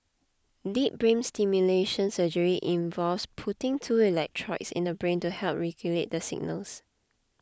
deep brain stimulation surgery involves putting two electrodes in the brain to help regulate the signals